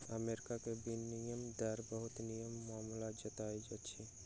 America के विनिमय दर बहुत नीक मानल जाइत अछि